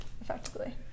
effectively